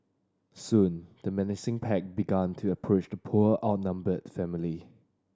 soon the menacing pack began to approach the poor outnumbered family